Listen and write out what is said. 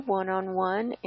one-on-one